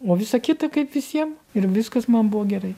o visa kita kaip visiem ir viskas man buvo gerai